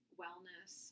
wellness